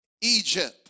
Egypt